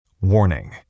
Warning